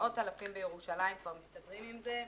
מאות אלפים בירושלים כבר מסתדרים עם זה.